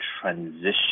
transition